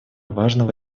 важного